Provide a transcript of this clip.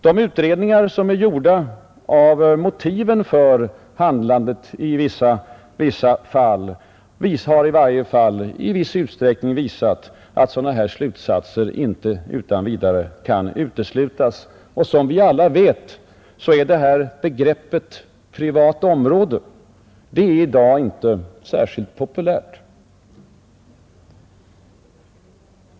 Polisutredningar som sökt klargöra motiven för handlandet i vissa fall har visat att sådana slutsatser inte utan vidare kan uteslutas. Som vi alla vet är begreppet ”privat område” i dag inte särskilt populärt.